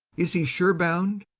is he sure bound?